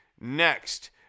Next